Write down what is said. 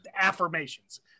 affirmations